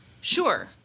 sure